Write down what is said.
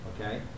okay